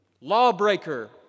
lawbreaker